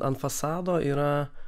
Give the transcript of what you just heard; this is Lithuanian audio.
ant fasado yra